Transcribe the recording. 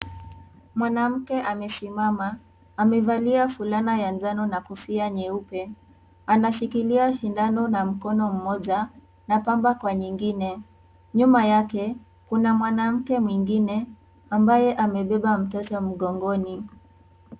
Mwanamke amesimama amevalia fulana ya njano na kofia nyeupe, anashikilia shindano na mkono mmoja na pamba kwa nyingine, nyuma yake kuna mwanamke mwingine ambaye amebeba mtoto mgongoni.